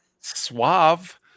Suave